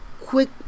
quick